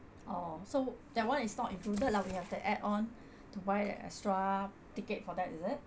oh so that one is not included lah we have to add on to buy extra ticket for that is it